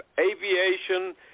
aviation